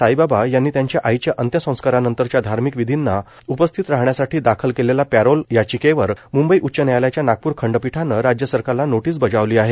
साईबाबा यांनी त्यांच्या आईच्या अंत्यसंस्कारानंतरच्या धार्मिक विधींना उपस्थित राहण्यासाठी दाखल केलेल्या पॅरोल याचिकेवर मुंबई उच्च न्यायालयाच्या नागपूर खंडपीठान राज्य सरकारला नोटीस बजावली आहे